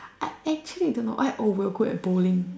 I actually don't I know we were good at bowling